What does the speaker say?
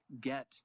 get